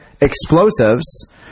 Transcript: explosives